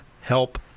help